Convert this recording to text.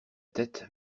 tête